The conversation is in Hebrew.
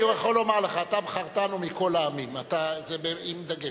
אני יכול לומר לך: "אתה בחרתנו מכּל העמים" זה עם דגש.